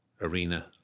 arena